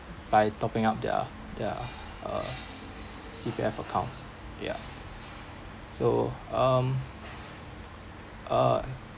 by topping up their their uh C_P_F accounts ya so um uh